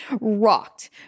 rocked